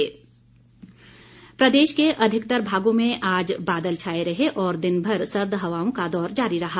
मौसम प्रदेश के अधिकतर भागों में आज बादल छाए रहे और दिनभर सर्द हवाओं का दौर जारी रहा